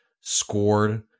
scored